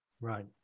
Right